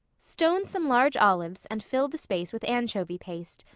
stone some large olives and fill the space with anchovy paste,